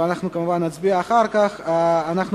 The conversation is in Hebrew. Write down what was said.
ונצביע אחר כך, כמובן.